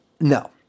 No